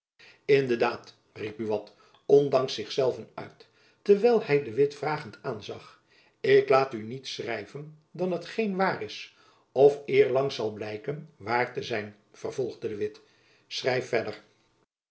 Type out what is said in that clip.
in de daad riep buat ondanks zich zelven uit terwijl hy de witt vragend aanzag ik laat u niets schrijven dan hetgeen waar is of eerlang zal blijken waar te zijn vervolgde de witt schrijf verder